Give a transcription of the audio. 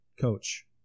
Coach